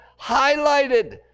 highlighted